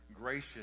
gracious